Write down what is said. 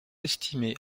estimé